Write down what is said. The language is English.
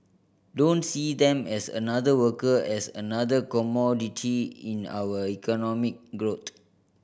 don't see them as another worker as another commodity in our economic growth